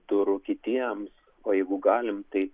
durų kitiems o jeigu galim tai